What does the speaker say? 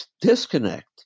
disconnect